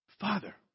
father